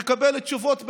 ולקבל תשובות בערבית?